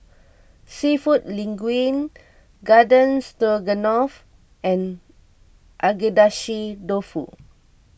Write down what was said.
Seafood Linguine Garden Stroganoff and Agedashi Dofu